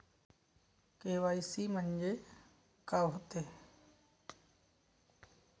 KYC म्हंनजे का होते?